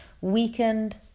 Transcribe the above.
weakened